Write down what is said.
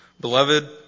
Beloved